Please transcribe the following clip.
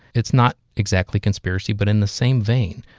it's not exactly conspiracy but in the same vein.